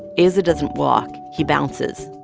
aza doesn't walk he bounces.